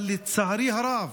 אבל לצערי הרב